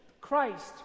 Christ